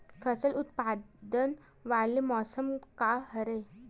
फसल उत्पादन वाले मौसम का हरे?